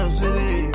city